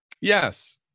Yes